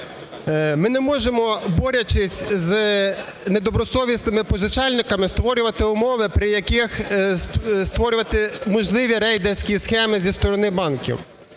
Ми не можемо, борючись з недобросовісними позичальниками, створювати умови, при яких… створювати можливі рейдерські схеми зі сторони банків.